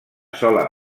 sola